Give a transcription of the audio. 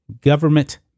government